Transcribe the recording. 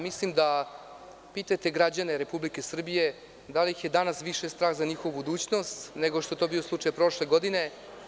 Mislim da pitate građane Republike Srbije da li ih je danas više strah za njihovu budućnost nego što je to bio slučaj prošle godine.